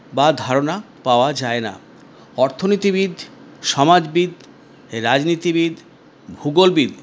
বা ধারণা পাওয়া যায় না অর্থনীতিবিদ সমাজবিদ রাজনীতিবিদ ভূগোলবিদ